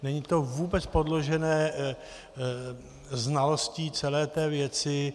Není to vůbec podložené znalostí celé té věci.